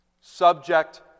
subject